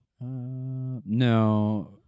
No